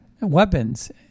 weapons